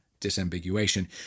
disambiguation